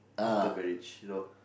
after marriage you know